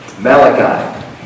Malachi